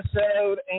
episode